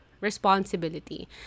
responsibility